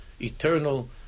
eternal